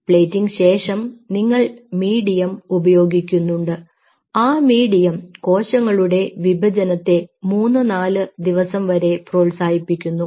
plating ശേഷം നിങ്ങൾ medium ഉപയോഗിക്കുന്നുണ്ട് ആ മീഡിയം കോശങ്ങളുടെ വിഭജനത്തെ മൂന്നു നാല് ദിവസം വരെ പ്രോത്സാഹിപ്പിക്കുന്നു